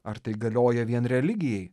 ar tai galioja vien religijai